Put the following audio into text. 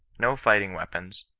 no fighting weapons,